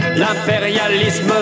L'impérialisme